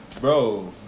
Bro